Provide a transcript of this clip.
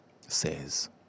says